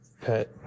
Pet